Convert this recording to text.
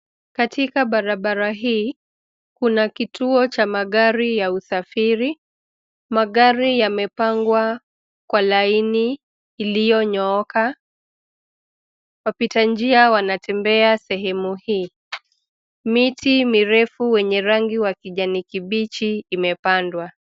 Katika barabara hii kuna kituo cha magari ya usafiri. Magari yamepangwa kwa laini iliyonyooka. Wapita njia wanatembea sehemu huo. Miti mirefu wenye rangi wa kijani kibichi imepandwa.